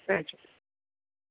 अछा ठीकु